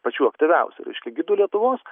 pačių aktyviausių reiškia gidų lietuvos